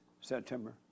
September